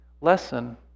lesson